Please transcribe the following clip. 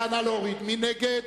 מי נגד?